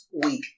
Week